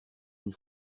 une